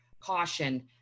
caution